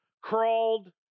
crawled